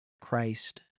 Christ